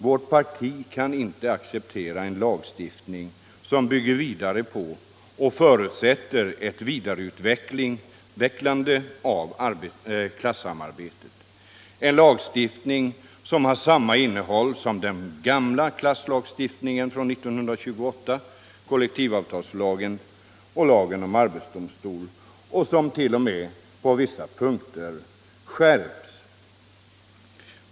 Vårt parti kan inte acceptera en lagstiftning som förutsätter och bygger vidare på klassamarbetet, en lagstiftning som har samma innehåll som den gamla klasslagstiftningen från 1928 — kollektivavtalslagen och lagen om arbetsdomstol — och som 1.0. m. på vissa punkter skärps.